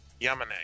Yamane